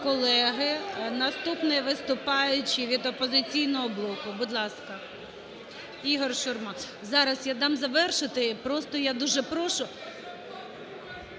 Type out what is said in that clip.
колеги, наступний виступаючий від "Опозиційного блоку". Будь ласка, Ігор Шурма. Зараз я дам завершити. Просто я дуже прошу…